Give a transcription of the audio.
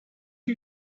you